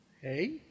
Hey